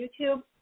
YouTube